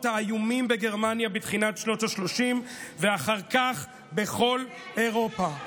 האיומים בגרמניה בתחילת שנות השלושים ואחר כך בכל אירופה.